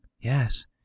Yes